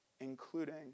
including